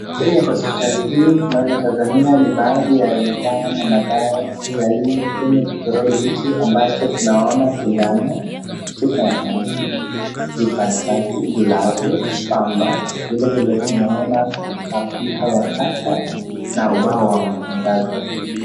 Kwenye hospitalini hii tunavyotazamia ni baadhi ya vifaa na madawa yaliyo kwenye kitoroli hiki ambacho tunaona sindano, chupa ya maji, jikaratasi, glavu, pambana vilivile tunaona mapipa ya taka na ubao wa matangazo.